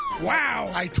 Wow